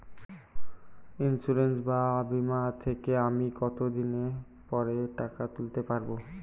Insurance বা বিমা থেকে আমি কত দিন পরে টাকা তুলতে পারব?